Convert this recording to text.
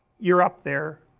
you are up there